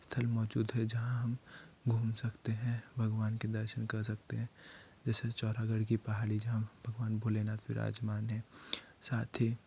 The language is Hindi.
स्थल मौजूद है जहां हम घूम सकते हैं भगवान के दर्शन कर सकते हैं जैसे चौड़ागढ़ कि पहाड़ी जहाँ भगवान भोलेनाथ विराजमान हैं साथ ही